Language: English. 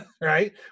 right